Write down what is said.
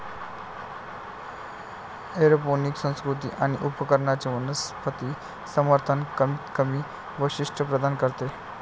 aeroponic संस्कृती आणि उपकरणांचे वनस्पती समर्थन कमीतकमी वैशिष्ट्ये प्रदान करते